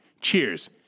Cheers